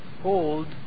hold